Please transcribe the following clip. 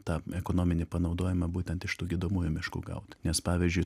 tą ekonominį panaudojimą būtent iš tų gydomųjų miškų gaut nes pavyzdžiui